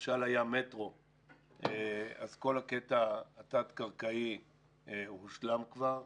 משל היה מטרו, אז כל הקטע התת קרקעי הושלם כבר,